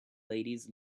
ladies